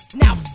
now